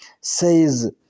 says